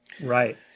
Right